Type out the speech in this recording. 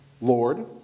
Lord